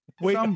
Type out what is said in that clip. Wait